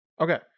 Okay